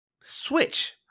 Switch